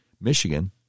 Michigan